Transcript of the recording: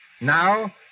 Now